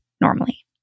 normally